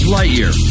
Lightyear